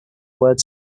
word